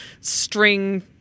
string